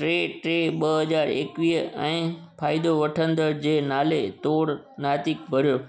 टे टे ॿ हज़ार एकवीह ऐं फ़ाइदो वठंदड़ जे नाले तोड़े नातीक बढ़ियो